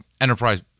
enterprise